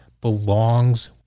belongs